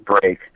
break